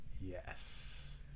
Yes